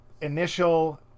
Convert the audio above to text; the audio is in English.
initial